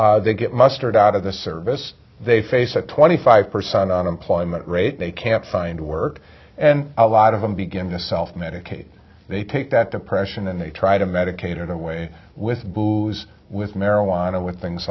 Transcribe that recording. they get mustered out of the service they face a twenty five percent unemployment rate they can't find work and a lot of them begin to self medicate they take that depression and they try to medicate or that way with booze with marijuana with things